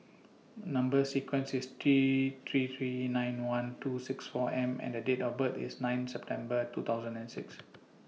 Number sequence IS T three three nine one two six four M and Date of birth IS nine September two thousand and six